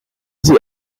sie